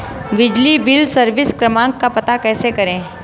बिजली bill service क्रमांक का पता कैसे करें?